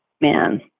man